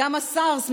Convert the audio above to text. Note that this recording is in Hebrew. גם הסארס,